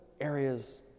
areas